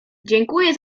dziękuję